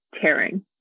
tearing